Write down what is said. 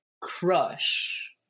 crush